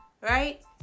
Right